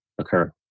occur